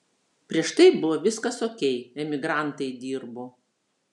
prieš tai buvo viskas okei emigrantai dirbo